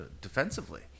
defensively